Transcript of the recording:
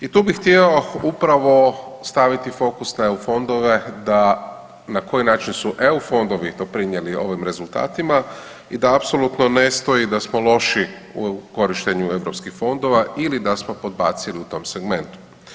I tu bih htio upravo staviti fokus na eu fondove da na koji način su eu fondovi doprinjeli ovim rezultatima i da apsolutno ne stoji da smo loši u korištenju europskih fondova ili da smo podbacili u tom segmentu.